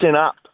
up